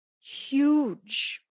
huge